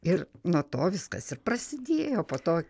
ir nuo to viskas ir prasidėjo po to